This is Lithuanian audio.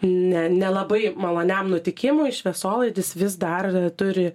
ne nelabai maloniam nutikimui šviesolaidis vis dar turi